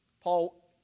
Paul